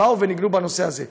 וניגנו על הנושא הזה.